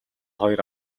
хоёр